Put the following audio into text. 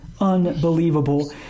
Unbelievable